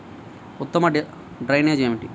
ఉత్తమ డ్రైనేజ్ ఏమిటి?